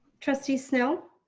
trustee snell.